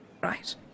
Right